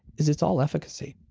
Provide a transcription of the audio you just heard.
is it's all efficacy.